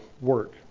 work